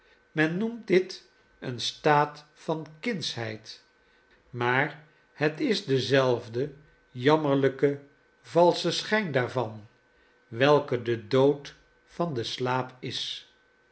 men noemt dit een staat van kindsheid maar het is dezelfde jammerlijk valsche schijn daarvan welke de dood van den slaap is